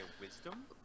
wisdom